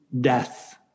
death